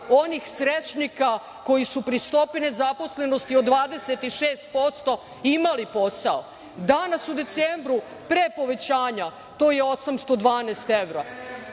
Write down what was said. onih srećnika koji su pri stopi nezaposlenosti od 26% imali posao. Danas u decembru pre povećanja to je 812 evra.